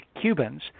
Cubans